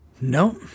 no